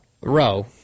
row